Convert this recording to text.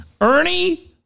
Ernie